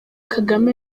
kagame